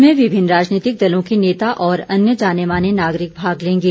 इसमें विभिन्न राजनीतिक दलों के नेता और अन्य जाने माने नागरिक भाग लेंगे